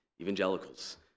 evangelicals